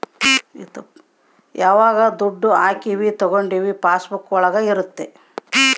ಯಾವಾಗ ದುಡ್ಡು ಹಾಕೀವಿ ತಕ್ಕೊಂಡಿವಿ ಪಾಸ್ ಬುಕ್ ಒಳಗ ಇರುತ್ತೆ